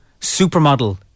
supermodel